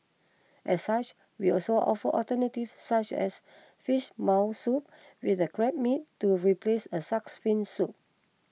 as such we also offer alternatives such as Fish Maw Soup with the Crab Meat to replace a Shark's Fin Soup